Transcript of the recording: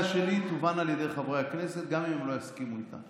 שלי תובן על ידי חברי הכנסת גם אם הם לא יסכימו איתה.